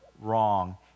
wrong